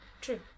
True